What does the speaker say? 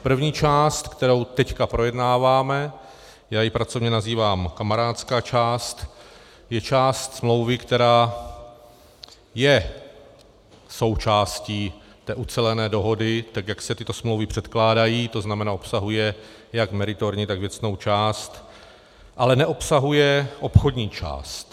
První část, kterou teď projednáváme, já ji pracovně nazývám kamarádská část, je část smlouvy, která je součástí té ucelené dohody, tak jak se tyto smlouvy předkládají, tzn. obsahuje jak meritorní, tak věcnou část, ale neobsahuje obchodní část.